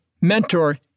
mentor